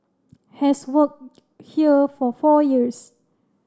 has worked here for four years